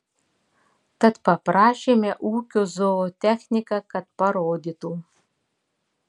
tad paprašėme ūkio zootechniką kad parodytų